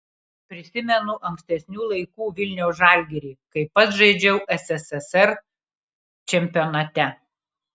prisimenu ankstesnių laikų vilniaus žalgirį kai pats žaidžiau ssrs čempionate